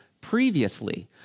previously